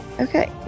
Okay